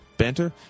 banter